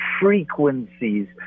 frequencies